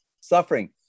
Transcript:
Suffering